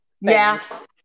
Yes